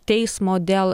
teismo dėl